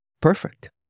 Perfect